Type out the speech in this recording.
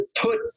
put